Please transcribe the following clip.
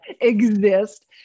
exist